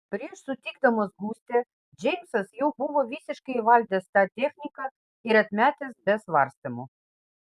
prieš sutikdamas gustę džeimsas jau buvo visiškai įvaldęs tą techniką ir atmetęs be svarstymų